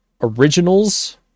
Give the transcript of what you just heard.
Originals